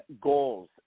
goals